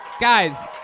Guys